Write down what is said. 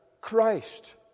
Christ